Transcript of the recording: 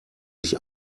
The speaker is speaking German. sich